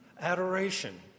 Adoration